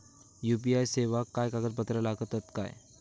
UPI सेवाक काय कागदपत्र लागतत काय?